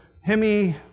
Hemi